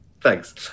Thanks